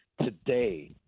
today